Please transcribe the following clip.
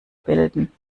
bilden